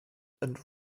and